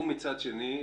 ומצד שני?